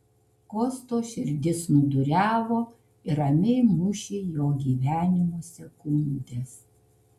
kosto širdis snūduriavo ir ramiai mušė jo gyvenimo sekundes